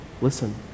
Listen